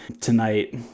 tonight